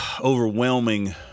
Overwhelming